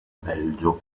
belgio